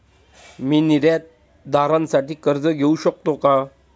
मी निर्यातदारासाठी कर्ज घेऊ शकतो का?